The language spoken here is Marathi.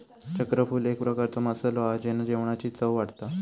चक्रफूल एक प्रकारचो मसालो हा जेना जेवणाची चव वाढता